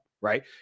right